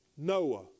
Noah